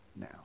now